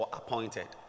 appointed